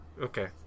okay